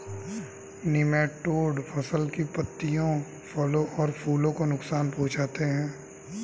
nematode फसल की पत्तियों फलों और फूलों को नुकसान पहुंचाते हैं